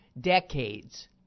decades